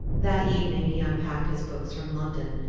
that evening he unpacked his books from london.